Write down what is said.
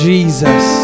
Jesus